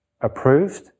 approved